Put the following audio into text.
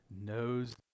knows